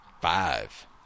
five